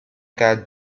quart